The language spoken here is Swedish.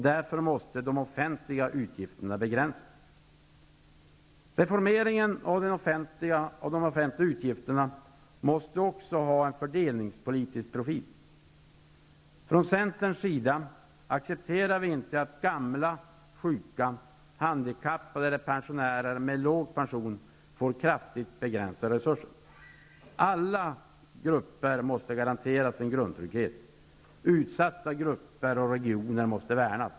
Därför måste de offentliga utgifterna begränsas. Reformeringen av de offentliga utgifterna måste också ha en fördelningspolitisk profil. Centern accepterar inte att gamla, sjuka, handikappade eller pensionärer med låg pension får kraftigt begränsade resurser. Alla grupper måste garanteras en grundtrygghet. Utsatta grupper och regioner måste värnas.